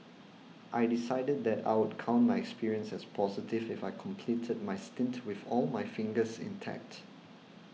I decided that I would count my experience as positive if I completed my stint with all my fingers intact